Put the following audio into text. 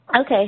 Okay